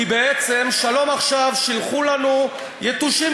כי בעצם "שלום עכשיו" שילחו בנו יתושים